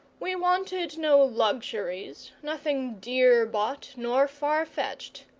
we wanted no luxuries, nothing dear-bought nor far-fetched.